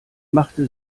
machte